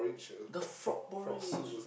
the frog porridge